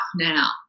now